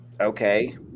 okay